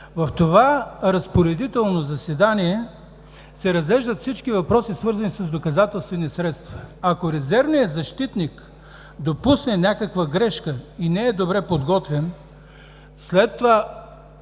В това разпоредително заседание се разглеждат всички въпроси, свързани с доказателствени средства. Ако резервният защитник допусне някаква грешка и не е добре подготвен, след това